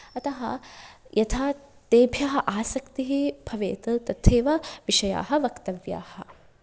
अतः यथा तेभ्यः आसक्तिः भवेत् तथैव विषयाः वक्तव्याः